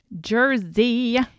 Jersey